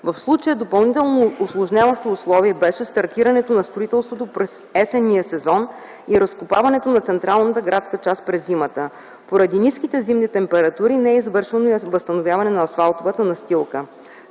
В случая допълнително усложняващо условие беше стартирането на строителството през есенния сезон и разкопаването на централната градска част през зимата. Поради ниските зимни температури не е извършвано и възстановяване на асфалтовата настилка.